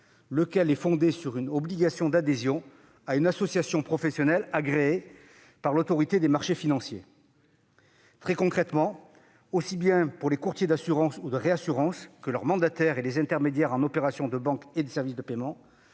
lequel est fondé sur une obligation d'adhésion à une association professionnelle agréée par l'Autorité des marchés financiers. Très concrètement, aussi bien pour les courtiers d'assurance ou de réassurance que leurs mandataires et les intermédiaires en opérations de banque et de services de paiement,